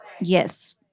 Yes